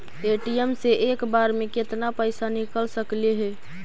ATM से एक बार मे केतना पैसा निकल सकले हे?